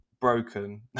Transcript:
broken